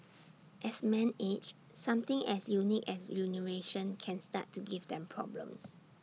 as man age something as unique as urination can start to give them problems